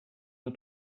nur